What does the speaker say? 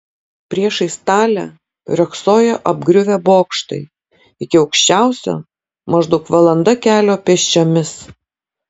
priešais talę riogsojo apgriuvę bokštai iki aukščiausio maždaug valanda kelio pėsčiomis